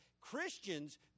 christians